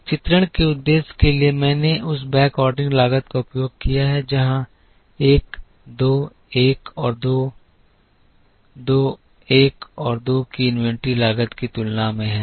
एक चित्रण के उद्देश्य के लिए मैंने उस बैकऑर्डरिंग लागत का उपयोग किया है यहां 1 2 1 और 2 2 2 1 और 2 की इन्वेंट्री लागत की तुलना में हैं